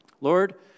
Lord